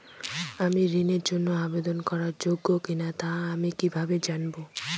আমি ঋণের জন্য আবেদন করার যোগ্য কিনা তা আমি কীভাবে জানব?